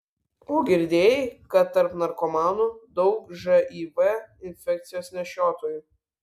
o girdėjai kad tarp narkomanų daug živ infekcijos nešiotojų